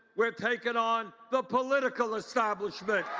we are taking on the political establishment.